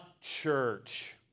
church